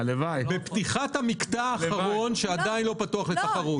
מדובר בפתיחת המקטע האחרון שעדיין לא פתוח לתחרות.